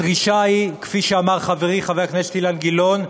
הדרישה היא, כפי שאמר חברי חבר הכנסת אילן גילאון,